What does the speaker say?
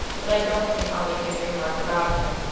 but i don't think i'll make any remark about him.